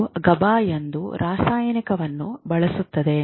ಇದು ಗಬಾ ಎಂಬ ರಾಸಾಯನಿಕವನ್ನು ಬಳಸುತ್ತದೆ